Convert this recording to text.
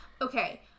Okay